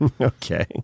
Okay